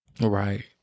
Right